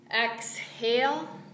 exhale